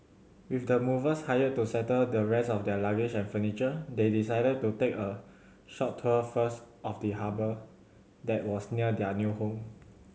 with the movers hired to settle the rest of their luggage and furniture they decided to take a short tour first of the harbour that was near their new home